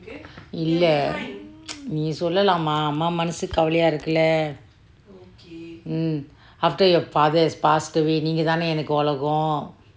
இல்லே நி சொல்லுலம்:ille ni collulam mah அம்மா மனசு காவலிய இருக்கேளே:amma manasu kaavailiya irukkele mm after your father has passed away நீங்க தானே எனக்கு உலகம்:ninge tane enakku ulagam